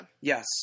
Yes